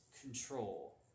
control